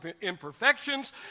imperfections